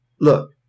look